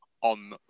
on